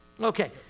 Okay